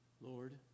Lord